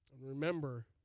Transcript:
Remember